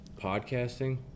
podcasting